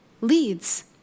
leads